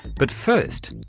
but first,